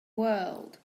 world